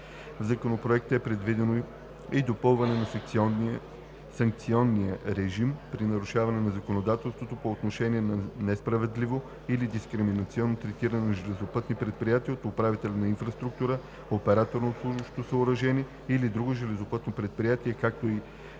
В Законопроекта е предвидено и допълване на санкционния режим при нарушения на законодателството по отношение на несправедливо или дискриминационно третиране на железопътни предприятия от управител на инфраструктура, оператор на обслужващо съоръжение или друго железопътно предприятие, както и